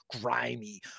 grimy